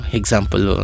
example